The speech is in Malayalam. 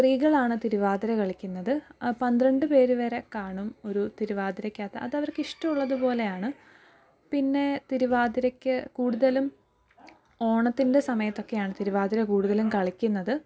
സ്ത്രീകളാണ് തിരുവാതിര കളിക്കുന്നത് പന്ത്രണ്ടു പേർ വരെ കാണും ഒരു തിരുവാതിരയ്ക്കകത്ത് അതവർക്ക് ഇഷ്ടമുള്ളത് പോലെയാണ് പിന്നേ തിരുവാതിരയ്ക്ക് കൂടുതലും ഓണത്തിന്റെ സമയത്തൊക്കെയാണ് തിരുവാതിര കൂടുതലും കളിക്കുന്നത്